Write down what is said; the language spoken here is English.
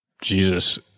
Jesus